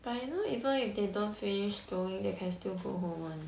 but you know even if they don't finish stowing they can still go home one